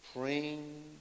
praying